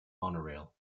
monorail